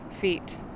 feet